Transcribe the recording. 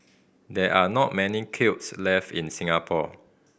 there are not many kilns left in Singapore